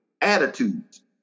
attitudes